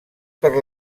per